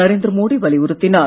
நரேந்திர மோடி வலியுறுத்தினார்